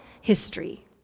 history